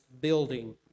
building